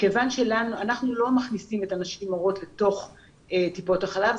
אנחנו לא מכניסים נשים הרות לתוך טיפות החלב,